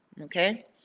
okay